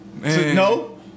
No